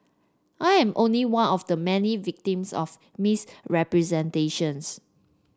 I am only one of many victims of misrepresentations